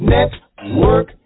Network